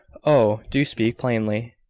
oh! do speak plainly.